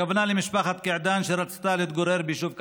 הכוונה למשפחת קעדאן, שרצתה להתגורר ביישוב קציר,